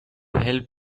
help